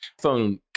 phone